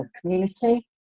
community